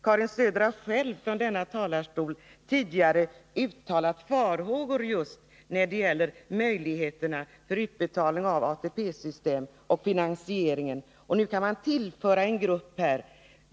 Karin Söder har själv från denna talarstol tidigare uttalat farhågor just när det gäller möjligheterna till utbetalning inom ATP-systemet och när det gäller finansieringen. Och nu vill ni tillföra en grupp, som skall få ut pengar.